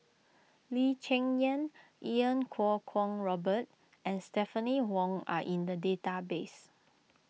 Lee Cheng Yan Iau Kuo Kwong Robert and Stephanie Wong are in the database